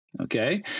Okay